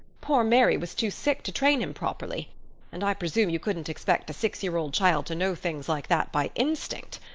poor mary was too sick to train him properly and i presume you couldn't expect a six-year-old child to know things like that by instinct.